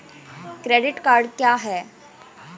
Credit card क्या है?